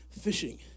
fishing